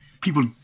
People